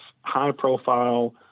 high-profile